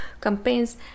campaigns